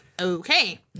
Okay